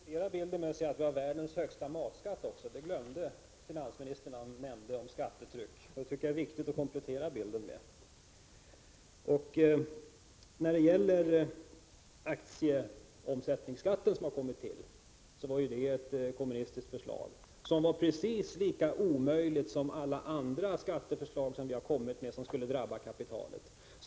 Herr talman! Det är viktigt att komplettera bilden med att säga att Sverige — 29 november 1985 också har världens högsta matskatt — något som finansministern gömdenär GG ÄH han talade om skattetrycket. Den aktieomsättningsskatt som har införts var ett kommunistiskt förslag, som ansågs vara precis lika omöjligt som alla andra skatteförslag som vi från vpk:s sida har lagt fram för att kapitalet skulle drabbas.